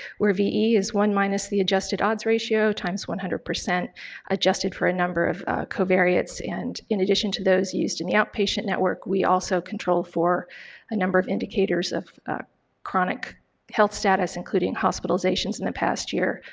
where ve is one minus the adjusted odds ratio, times one hundred, adjusted for a number of covariants, and in addition to those used in the outpatient network we also control for a number of indicators of chronic health status including hospitalizations in the past year,